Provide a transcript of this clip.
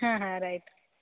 ಹಾಂ ಹಾಂ ರೇ ಆಯ್ತು